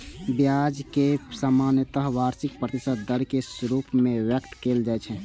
ब्याज कें सामान्यतः वार्षिक प्रतिशत दर के रूप मे व्यक्त कैल जाइ छै